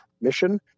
mission